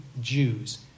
Jews